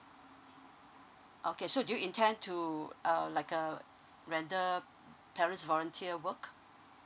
okay so do you intend to uh like uh render parents volunteer work